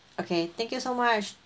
okay thank you so much